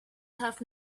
have